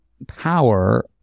power